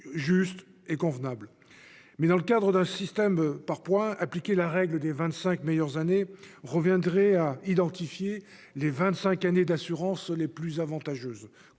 juste et convenable. Dans le cadre d'un système par points, appliquer la règle des vingt-cinq meilleures années reviendrait à identifier les vingt-cinq années d'assurance les plus avantageuses.